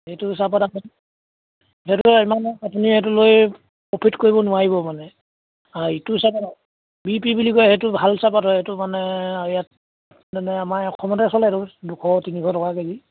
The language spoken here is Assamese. সেইটো চাহপাত আপুনি সেইটো ইমান আপুনি সেইটো লৈ প্ৰফিট কৰিব নোৱাৰিব মানে অঁ ইটো চাহপাত বি পি বুলি কয় সেইটো ভাল চাহপাত হয় সেইটো মানে ইয়াত মানে আমাৰ অসমতে চলেটো দুশ তিনিশ টকা কে জি